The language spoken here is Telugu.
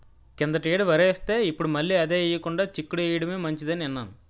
కిందటేడు వరేస్తే, ఇప్పుడు మళ్ళీ అదే ఎయ్యకుండా చిక్కుడు ఎయ్యడమే మంచిదని ఇన్నాను